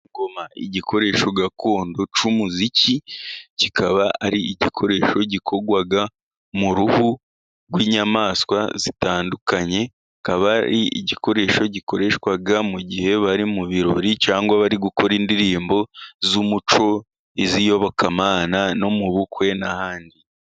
Ingoma igikoresho gakondo cy'umuziki, kikaba ari igikoresho gikorwa mu ruhu rw'inyamaswa zitandukanye, kikaba ari igikoresho gikoreshwa mu gihe bari mu birori cyangwa bari gukora indirimbo z'umuco, iz'iyobokamana no mu bukwe n'ahandi.